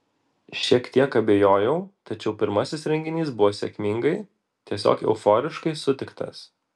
šiek tiek abejojau tačiau pirmasis renginys buvo sėkmingai tiesiog euforiškai sutiktas